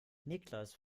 niklas